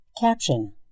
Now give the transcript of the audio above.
Caption